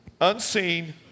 Unseen